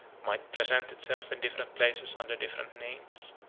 might present itself in different places under different names.